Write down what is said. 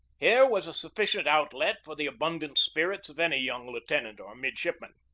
here was a sufficient outlet for the abundant spirits of any young lieutenant or midshipman.